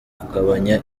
kugabanya